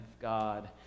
God